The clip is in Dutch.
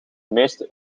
meeste